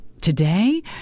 Today